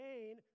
Gain